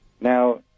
Now